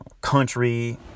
country